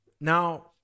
now